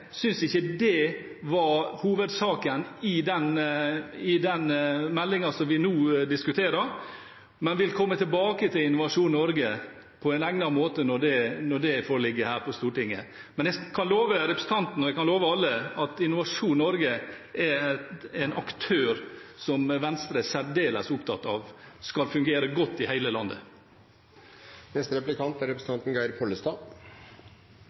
synes ikke det er hovedsaken i den meldingen som vi nå diskuterer, men vi vil komme tilbake til Innovasjon Norge på egnet måte når saken foreligger her i Stortinget. Men jeg kan love representanten Juliussen og alle andre at Innovasjon Norge er en aktør som Venstre er særdeles opptatt av skal fungere godt i hele landet.